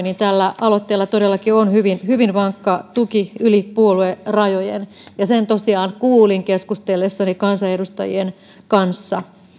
niin tällä aloitteella todellakin on hyvin hyvin vankka tuki yli puoluerajojen sen tosiaan kuulin keskustellessani kansanedustajien kanssa